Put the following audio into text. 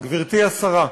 גברתי השרה,